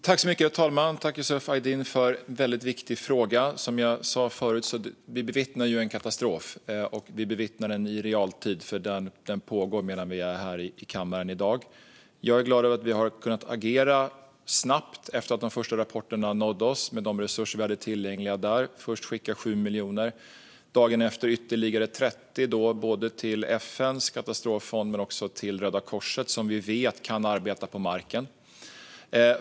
Herr talman! Jag tackar Yusuf Aydin för en mycket viktig fråga. Vi bevittnar en katastrof, och vi bevittnar den i realtid eftersom den pågår medan vi är här i kammaren i dag. Jag är glad att vi efter det att de första rapporterna nådde oss har kunnat agera snabbt med de resurser vi hade tillgängliga där. Först skickade vi 7 miljoner, och dagen efter skickade vi ytterligare 30 till FN:s katastroffond och till Röda Korset, som vi vet kan arbeta på marken.